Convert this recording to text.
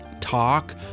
talk